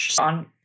on